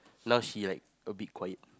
now she like a bit quiet